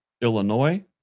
Illinois